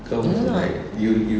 no lah